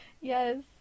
Yes